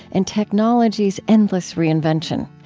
and technology's endless reinvention.